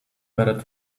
better